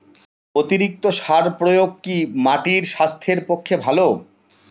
অতিরিক্ত সার প্রয়োগ কি মাটির স্বাস্থ্যের পক্ষে ভালো?